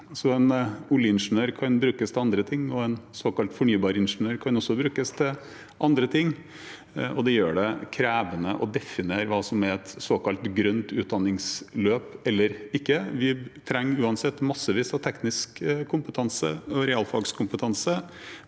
en oljeingeniør kan brukes til andre ting, og en såkalt fornybaringeniør kan også brukes til andre ting. Det gjør det krevende å definere hva som er et såkalt grønt utdanningsløp eller ikke. Vi trenger uansett massevis av teknisk kompetanse og realfagskompetanse.